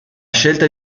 scelta